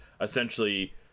essentially